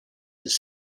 his